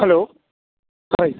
hello